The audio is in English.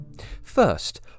First